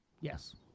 Yes